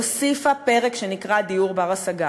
הוסיפה פרק שנקרא "דיור בר-השגה",